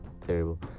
terrible